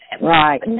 right